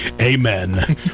Amen